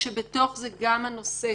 כשבתוך זה גם הנושא